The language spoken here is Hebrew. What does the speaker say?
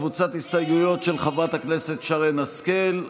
קבוצת הסתייגויות של חברת הכנסת שרן השכל.